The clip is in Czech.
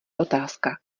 otázka